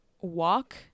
walk